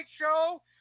show